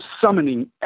summoning